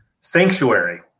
sanctuary